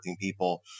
people